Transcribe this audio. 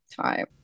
time